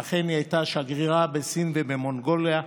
אכן, היא הייתה שגרירה בסין ובמונגוליה.